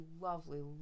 lovely